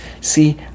See